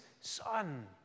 son